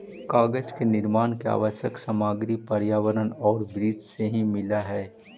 कागज के निर्माण के आवश्यक सामग्री पर्यावरण औउर वृक्ष से ही मिलऽ हई